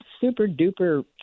super-duper